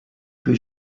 rue